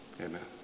amen